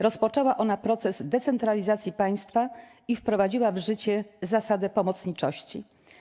Rozpoczęła ona proces decentralizacji państwa i wprowadziła w życie zasadę pomocniczości.